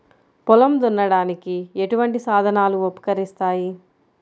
పొలం దున్నడానికి ఎటువంటి సాధనలు ఉపకరిస్తాయి?